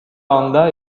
honda